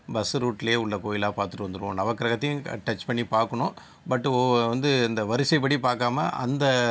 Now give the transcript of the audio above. bus ரூட்டுலேயே உள்ளே போய் எல்லாம் பார்த்துட்டு வந்துடுவோம் நவக்கிரகத்தையும் டச் பண்ணி பார்க்கணும் பட் வந்து அந்த வரிசைப்படி பார்க்காம அந்த